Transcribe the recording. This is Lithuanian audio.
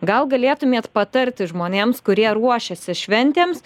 gal galėtumėt patarti žmonėms kurie ruošiasi šventėms